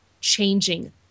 changing